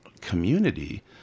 community